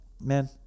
man